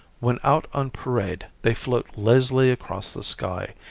when out on parade they float lazily across the sky,